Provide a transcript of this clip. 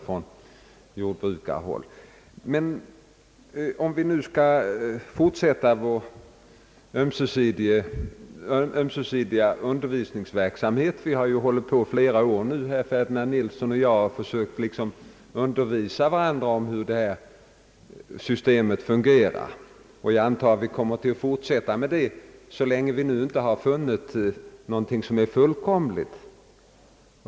Men vi skall kanske fortsätta vår ömsesidiga undervisningsverksamhet — herr Ferdinand Nilsson och jag har ju under flera år liksom försökt undervisa varandra om hur skördeskadeförsäkringen fungerar, och jag antar att vi kommer att fortsätta med det så länge vi inte fått fram ett system som är fullkomligt.